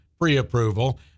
pre-approval